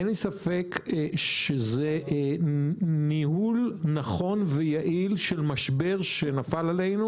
אין לי ספק שזה ניהול נכון ויעיל של משבר שנפל עלינו,